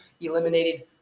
eliminated